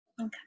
Okay